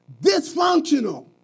dysfunctional